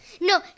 No